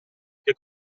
che